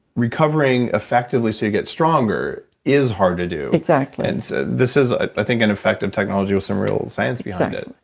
recovering effectively so you get stronger is hard to do exactly and so this is, i think, an effective technology with some real science behind it